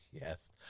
Yes